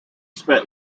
spent